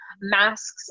Masks